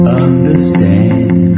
understand